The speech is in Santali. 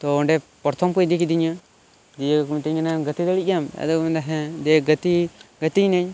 ᱛᱚ ᱚᱸᱰᱮ ᱯᱨᱚᱛᱷᱚᱢ ᱠᱚ ᱤᱫᱤ ᱠᱤᱫᱤᱧᱟ ᱫᱤᱭᱮ ᱠᱚ ᱢᱤᱛᱟᱹᱧ ᱠᱟᱱᱟ ᱜᱟᱛᱮ ᱫᱟᱲᱮᱭᱟᱜ ᱜᱮᱭᱟᱢ ᱟᱫ ᱚ ᱠᱚ ᱢᱮᱱ ᱫᱟ ᱦᱮᱸ ᱫᱤᱭᱮ ᱜᱟᱛᱮ ᱜᱟᱛᱮᱭᱮᱱᱟᱹᱧ